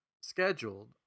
scheduled